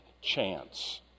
chance